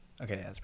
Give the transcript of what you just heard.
Okay